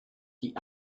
die